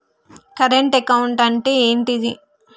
Current account అంటే ఏంటిది?